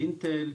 לאינטל,